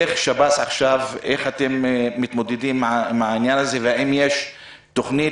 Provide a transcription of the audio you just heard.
איך אתם מתמודדים עם העניין הזה והאם יש תוכנית